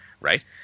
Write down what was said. right